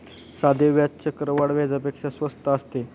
साधे व्याज चक्रवाढ व्याजापेक्षा स्वस्त असते